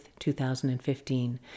2015